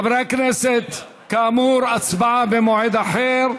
חברי הכנסת, כאמור, הצבעה במועד אחר.